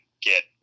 get